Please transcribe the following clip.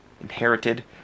inherited